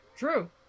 True